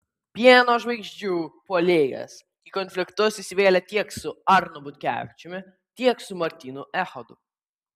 pieno žvaigždžių puolėjas į konfliktus įsivėlė tiek su arnu butkevičiumi tiek su martynu echodu